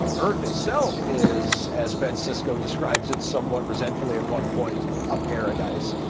earth itself is, as ben sisko describes it somewhat resentfully at one point, a paradise.